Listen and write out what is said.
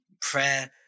prayer